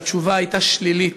והתשובה הייתה שלילית.